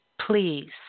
Please